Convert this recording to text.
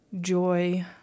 joy